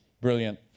brilliant